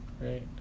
right